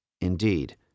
Indeed